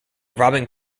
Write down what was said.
robbin